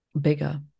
bigger